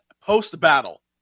post-battle